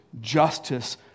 justice